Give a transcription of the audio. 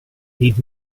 need